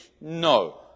No